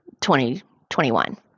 2021